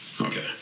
Okay